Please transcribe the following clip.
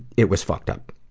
it was fucked up.